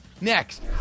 Next